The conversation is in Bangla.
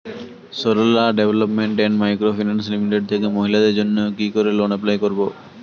Sarala development and microfinance limited থেকে মহিলাদের জন্য কি করে লোন এপ্লাই করব?